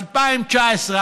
2019,